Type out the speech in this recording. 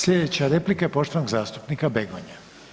Slijedeća replika je poštovanog zastupnika Begonja.